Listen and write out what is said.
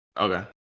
Okay